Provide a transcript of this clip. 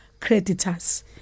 creditors